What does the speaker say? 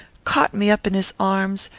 caught me up in his arms,